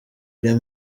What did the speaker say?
iri